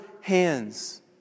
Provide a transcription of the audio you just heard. hands